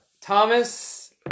Thomas